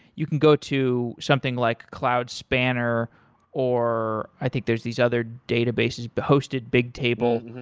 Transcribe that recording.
you can go to something like cloud spanner or i think there's these other databases, but hosted, bigtable.